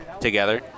Together